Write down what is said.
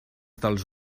dels